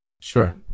Sure